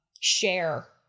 share